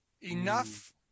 Enough